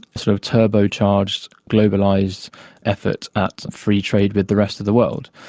sort of turbocharged globalised effort at free trade with the rest of the world.